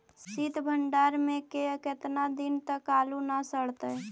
सित भंडार में के केतना दिन तक आलू न सड़तै?